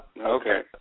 Okay